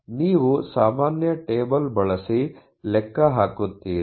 ಆದ್ದರಿಂದ ನೀವು ಸಾಮಾನ್ಯ ಟೇಬಲ್ ಬಳಸಿ ಲೆಕ್ಕ ಹಾಕುತ್ತೀರಿ